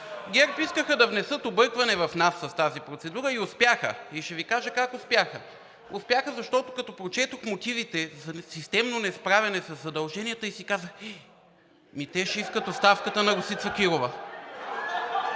ГЕРБ искаха да внесат объркване в нас с тази процедура и успяха. И ще Ви кажа как успяха. Успяха, защото като, прочетох мотивите за системно несправяне със задълженията, и си казах: „Ей, ами те ще искат оставката на Росица Кирова.“